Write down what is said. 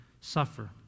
suffer